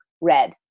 red